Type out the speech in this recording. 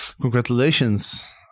congratulations